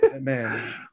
Man